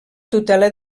tutela